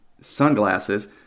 sunglasses